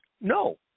No